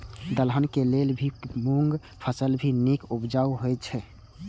दलहन के लेल भी मूँग फसल भी नीक उपजाऊ होय ईय?